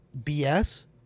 BS